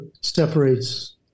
separates